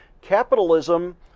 Capitalism